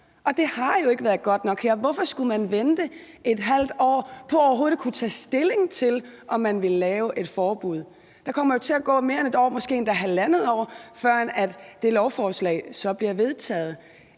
og det har jo ikke været godt nok her. Hvorfor skulle man vente et halvt år på overhovedet at kunne tage stilling til, om man ville lave et forbud? Der kommer jo til at gå mere end et år og måske endda halvandet år, førend det lovforslag så bliver vedtaget,